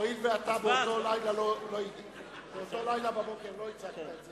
הואיל ובאותו לילה בבוקר אתה לא הצגת את זה,